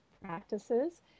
practices